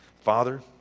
Father